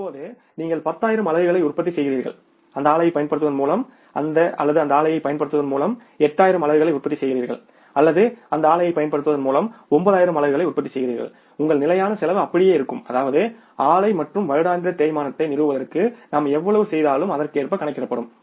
இப்போது நீங்கள் அந்த ஆலையைப் பயன்படுத்துவதன் மூலம் 10 ஆயிரம் அலகுகளை உற்பத்தி செய்கிறீர்கள் அல்லது அந்த ஆலையைப் பயன்படுத்துவதன் மூலம் 8 ஆயிரம் அலகுகளை உற்பத்தி செய்கிறீர்கள் அல்லது அந்த ஆலையைப் பயன்படுத்துவதன் மூலம் 9 ஆயிரம் அலகுகளை உற்பத்தி செய்கிறீர்கள் உங்கள் நிலையான செலவு அப்படியே இருக்கும் அதாவது ஆலை மற்றும் வருடாந்திர தேய்மானத்தை நிறுவுவதற்கு நாம் எவ்வளவு செலவு செய்தாலும் அதற்கேற்ப கணக்கிடப்படும்